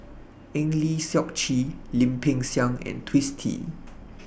Eng Lee Seok Chee Lim Peng Siang and Twisstii